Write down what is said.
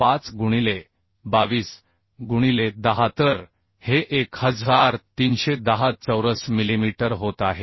5 गुणिले 22 गुणिले 10 तर हे 1310 चौरस मिलीमीटर होत आहे